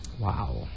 Wow